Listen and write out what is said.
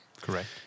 Correct